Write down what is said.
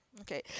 okay